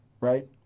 right